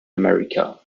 america